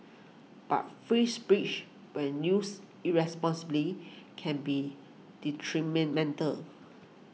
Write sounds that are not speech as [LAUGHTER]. but free speech when used irresponsibly can be [UNINTELLIGIBLE]